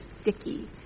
sticky